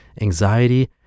anxiety